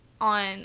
on